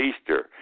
Easter